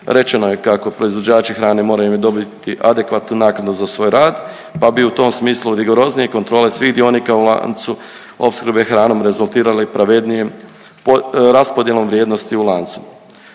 Rečeno je kako proizvođači hrane moraju dobiti adekvatnu naknadu za svoj rad, pa bi u tom smislu rigoroznije kontrole svih dionika u lancu opskrbe hranom rezultiralo i pravednijem raspodjelom vrijednosti u lancu.